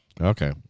Okay